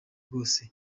bwose